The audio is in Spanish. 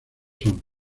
son